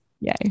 yay